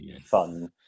fun